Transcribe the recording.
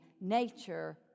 nature